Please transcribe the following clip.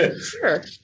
Sure